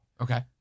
Okay